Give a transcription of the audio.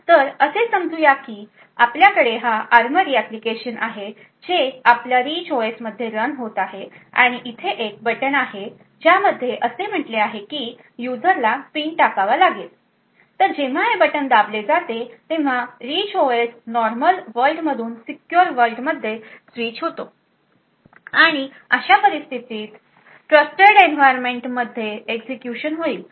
तर असे समजूया की आपल्याकडे हा आर्मॉरी एप्लीकेशन आहे जे आपल्या रिच ओएस मध्ये रन होत आहे आणि येथे एक बटण आहे ज्यामध्ये असे म्हटले आहे की युजर ला पिन टाकावा लागेल तर जेव्हा हे बटण दाबले जाते तेव्हा रिच ओएस नॉर्मल वर्ल्डमधून सीक्युर वर्ल्ड मध्ये स्विच होते आणि अशा परिस्थितीत आणि ट्रस्टेड एन्व्हायरमेंट मध्ये एक्झिक्युशन होईल